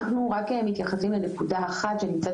אנחנו רוצים להתייחס רק לנקודה אחת שנמצאת